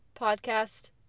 podcast